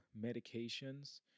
medications